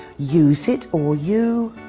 use it or you.